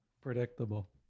predictable